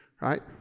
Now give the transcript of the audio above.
right